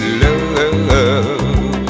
love